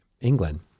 England